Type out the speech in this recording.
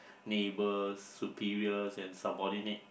neighbors superiors and subordinate